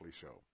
Show